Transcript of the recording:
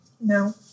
No